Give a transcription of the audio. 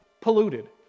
polluted